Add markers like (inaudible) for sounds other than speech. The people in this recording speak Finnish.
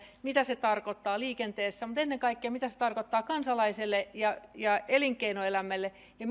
mitä se tarkoittaa liikenteessä mutta ennen kaikkea mitä se tarkoittaa kansalaiselle ja ja elinkeinoelämälle ja (unintelligible)